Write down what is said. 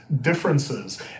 differences